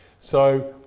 so,